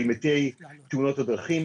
אולי כמתי תאונות הדרכים,